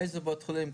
איזה בית חולים,